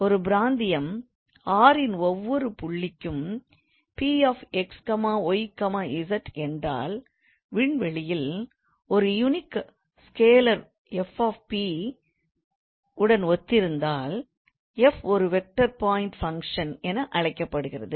ஒரு பிராந்தியம் R ன் ஒவ்வொரு புள்ளிக்கும் 𝑃𝑥 𝑦 𝑧 என்றால் விண்வெளியில் ஒரு யுனிக் ஸ்கேலர் 𝑓𝑃 உடன் ஒத்திருந்தால் f ஒரு வெக்டார் பாயிண்ட் ஃபங்க்ஷன் என்று அழைக்கப்படுகிறது